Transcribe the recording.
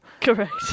Correct